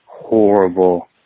horrible